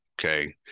okay